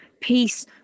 peace